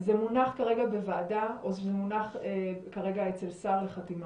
זה מונח כרגע בוועדה או שזה מונח כרגע אצל שר לחתימה?